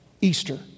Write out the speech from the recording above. Easter